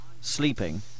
sleeping